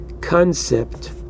concept